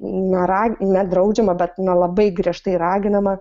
na rag nedraudžiama bet na labai griežtai raginama